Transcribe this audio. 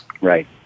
Right